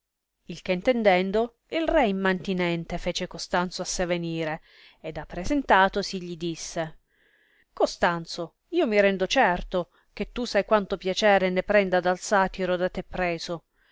il che intendendo il re immantinente fece costanzo a sé venire ed appresentatosi gli disse costanzo io mi rendo certo che tu sai quanto piacere ne prenda del satiro da te preso